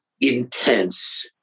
intense